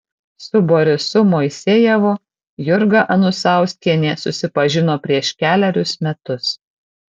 su borisu moisejevu jurga anusauskienė susipažino prieš kelerius metus